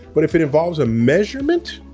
but if it involves a measurement?